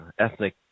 ethnic